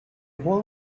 hold